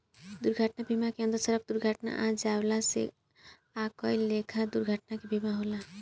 दुर्घटना बीमा के अंदर सड़क दुर्घटना आ जलावल आ कई लेखा के दुर्घटना के बीमा होला